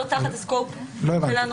לא הבנתי.